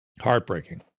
Heartbreaking